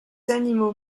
animaux